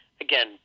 again